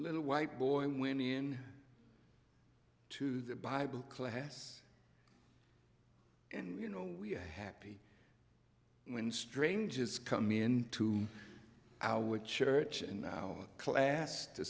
little white boy went in to the bible class and you know we're happy when strangers come into our church in our class to